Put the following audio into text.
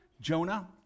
Jonah